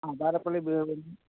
ആ പാറപ്പള്ളി